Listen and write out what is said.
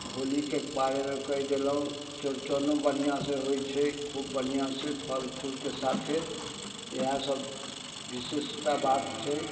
होलीके बारेमे कहि देलहुँ चौरचनो बढ़िआँसँ होइ छै खूब बढ़िआँसँ फल फूलके साथे इएह सब विशेषता बात छै